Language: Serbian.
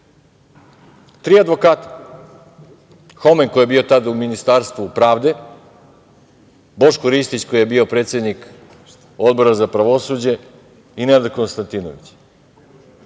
Tri advokata. Homen koji je bio tada u Ministarstvu pravde, Boško Ristić koji je bio predsednik Odbora za pravosuđe i Nenad Konstantinović